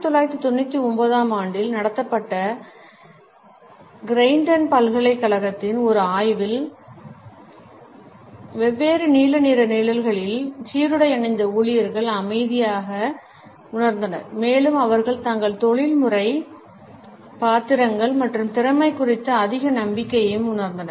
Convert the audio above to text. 1999 ஆம் ஆண்டில் நடத்தப்பட்ட கிரெய்டன் பல்கலைக்கழகத்தின் ஒரு ஆய்வில் வெவ்வேறு நீல நிற நிழல்களில் சீருடை அணிந்த ஊழியர்கள் அமைதியாக உணர்ந்தனர் மேலும் அவர்கள் தங்கள் தொழில்முறை பாத்திரங்கள் மற்றும் திறமை குறித்து அதிக நம்பிக்கையையும் உணர்ந்தனர்